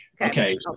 Okay